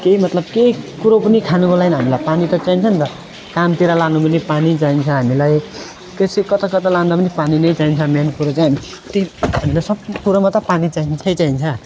केही मतलब केही कुरो पनि खानुको लागि हामीलाई पानी त चाहिन्छ नि त कामतिर लाग्नु पनि पानी चाहिन्छ हामीलाई कसै कता कता लाँदा पनि पानी नै चाहिन्छ मेन कुरो चाहिँ हामी तिर्खा हामीलाई सब कुरोमा त पानी चाहिन्छै चाहिन्छ